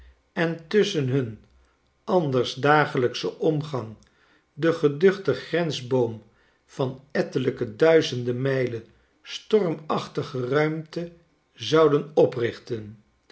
en tusschen hun anders dagelijkschen omgang den geduchten grensboom van ettelijke duizenden mijlen stormachtige ruimte zouden oprichten